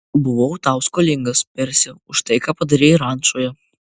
buvau tau skolingas persi už tai ką padarei rančoje